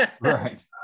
Right